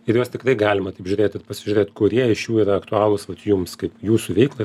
ir į juos tikrai galima taip žiūrėt ir pasižiūrėt kurie iš jų yra aktualūs vat jums kaip jūsų veiklai